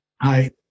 Hi